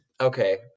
okay